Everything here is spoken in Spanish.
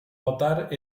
votar